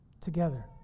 together